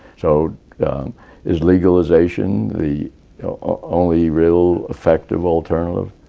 so is legalization the only real, effective alternative?